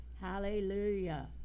hallelujah